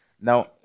now